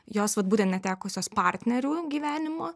jos vat būtent netekusios partnerių gyvenimo